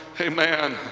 amen